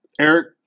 Eric